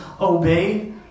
obey